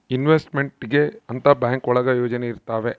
investment ಗೆ ಅಂತ bank ಒಳಗ ಯೋಜನೆ ಇರ್ತವೆ